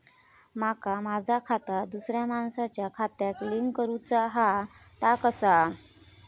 माका माझा खाता दुसऱ्या मानसाच्या खात्याक लिंक करूचा हा ता कसा?